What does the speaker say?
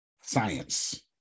science